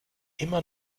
immer